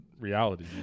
reality